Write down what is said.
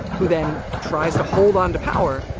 who then tries to hold onto power,